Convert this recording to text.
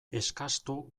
eskastu